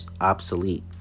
obsolete